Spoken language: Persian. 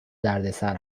دردسر